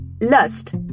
lust